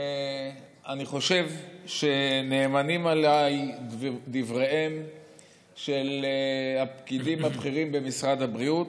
אני חושב שנאמנים עליי דבריהם של הפקידים הבכירים במשרד הבריאות,